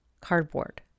cardboard